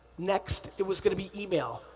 next, it was gonna be email.